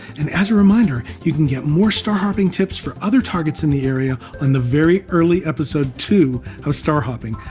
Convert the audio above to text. and as a reminder, you can get more star hopping tips for other targets in the area on the very early episode two of star hopping,